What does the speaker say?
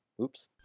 oops